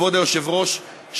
כבוד היושב-ראש,